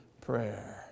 prayer